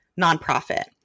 nonprofit